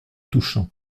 touchant